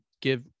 give